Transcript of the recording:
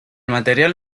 material